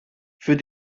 für